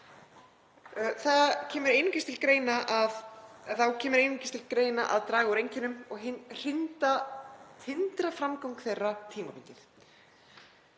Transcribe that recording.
þá kemur einungis til greina að draga úr einkennum og hindra framgang þeirra tímabundið.